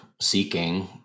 seeking